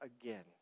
again